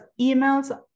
emails